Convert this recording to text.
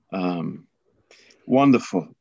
Wonderful